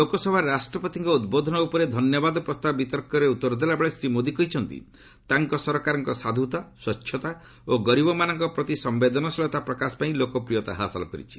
ଲୋକସଭାରେ ରାଷ୍ଟ୍ରପତିଙ୍କ ଉଦ୍ବୋଧନ ଉପରେ ଧନ୍ୟବାଦ ପ୍ରସ୍ତାବ ବିତର୍କରେ ଉତ୍ତର ଦେଲା ବେଳେ ଶ୍ରୀ ମୋଦି କହିଛନ୍ତି ତାଙ୍କ ସରକାରଙ୍କ ସାଧୁତା ସ୍ୱଚ୍ଚତା ଏବଂ ଗରିବମାନଙ୍କ ପ୍ରତି ସମ୍ଭେଦନଶୀଳତା ପ୍ରକାଶ ପାଇଁ ଲୋକପ୍ରିୟତା ହାସଲ କରିଛି